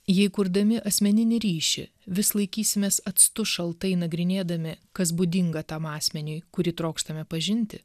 jei kurdami asmeninį ryšį vis laikysimės atstu šaltai nagrinėdami kas būdinga tam asmeniui kurį trokštame pažinti